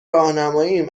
راهنماییم